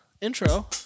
Intro